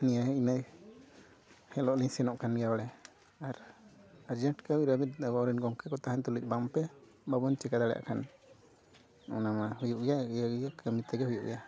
ᱱᱤᱭᱟᱹ ᱤᱱᱟᱹ ᱦᱤᱞᱳᱜ ᱞᱤᱧ ᱥᱮᱱᱚᱜ ᱠᱟᱱ ᱜᱮᱭᱟ ᱵᱟᱲᱮ ᱟᱨ ᱟᱨᱡᱮᱱᱴ ᱠᱟᱹᱢᱤ ᱨᱮ ᱟᱵᱚᱨᱮᱱ ᱜᱚᱢᱠᱮ ᱠᱚ ᱛᱟᱦᱮᱱ ᱛᱩᱞᱩᱪ ᱵᱟᱝᱯᱮ ᱵᱟᱵᱚᱱ ᱪᱤᱠᱟᱹ ᱫᱟᱲᱮᱭᱟᱜ ᱠᱷᱟᱱ ᱚᱱᱟ ᱢᱟ ᱦᱩᱭᱩᱜ ᱜᱮᱭᱟ ᱤᱭᱟᱹ ᱞᱟᱹᱜᱤᱫ ᱠᱟᱹᱢᱤ ᱛᱮᱜᱮ ᱦᱩᱭᱩᱜ ᱜᱮᱭᱟ